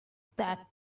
that